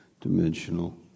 dimensional